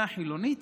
חילונית